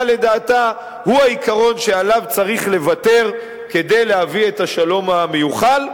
לדעתה הוא העיקרון שעליו צריך לוותר כדי להביא את השלום המיוחל,